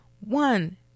One